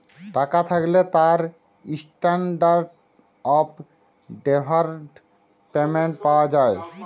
টাকা থ্যাকলে তার ইসট্যানডারড অফ ডেফারড পেমেন্ট পাওয়া যায়